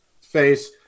face